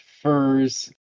furs